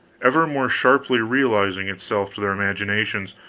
ever more sharply realizing itself to their imaginations,